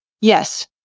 Yes